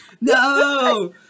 No